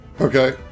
Okay